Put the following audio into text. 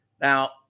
Now